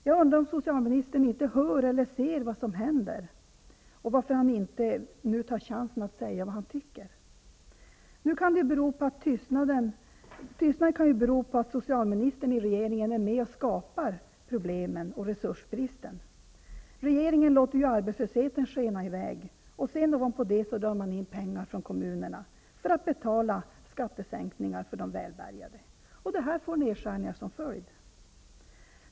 Jag undrar om socialministern inte hör eller ser vad som händer och varför han inte nu tar chansen att säga vad han tycker. Nu kan tystnaden bero på att socialministern i regeringen är med och skapar problemen och resursbristen. Regeringen låter arbetslösheten skena i väg. Ovanpå det drar man in pengar från kommunerna för att betala skattesänkningar för de välbärgade. Detta får nedskärningar som följd.